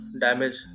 damage